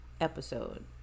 episode